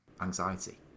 anxiety